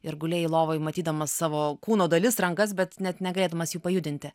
ir gulėjai lovoj matydamas savo kūno dalis rankas bet net negalėdamas jų pajudinti